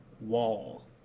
wall